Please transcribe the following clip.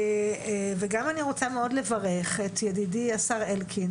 גם אני רוצה מאוד לברך את ידידי השר אלקין